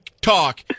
talk